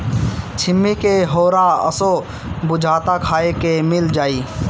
छिम्मी के होरहा असो बुझाता खाए के मिल जाई